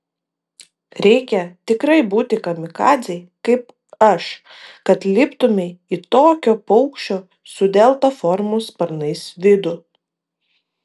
reikia tikrai būti kamikadzei kaip aš kad liptumei į tokio paukščio su delta formos sparnais vidų